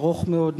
ארוך מאוד,